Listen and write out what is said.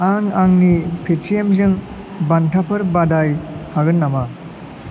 आं आंनि पेटिएमजों बान्थाफोर बादाय हागोन नामा